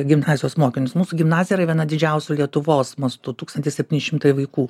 gimnazijos mokinius mūsų gimnazija yra viena didžiausių lietuvos mastu tūkstantis septyni šimtai vaikų